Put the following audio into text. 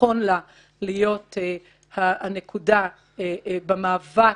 שנכון לה להיות הנקודה במאבק,